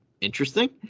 interesting